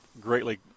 greatly